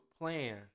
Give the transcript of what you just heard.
plan